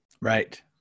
Right